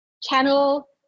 channel